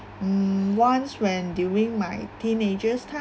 mm once when during my teenagers time